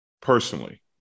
personally